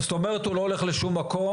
הוא לא הולך לשום מקום,